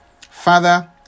Father